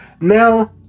Now